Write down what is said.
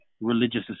religious